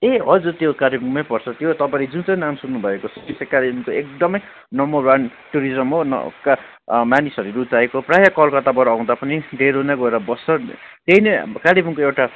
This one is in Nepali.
ए हजुर त्यो कालेबुङमै पर्छ त्यो तपाईँले जुन चाहिँ नाम सुन्नु भएको छ त्यो चाहिँ कालेबुङको एकदमै नम्बर वान टुरिज्म हो मानिसहरूले रुचाएको प्रायः कलकताबाट आउँदा पनि डेलो नै गएर बस्छ त्यही नै कालेबुङको एउटा चिन्ने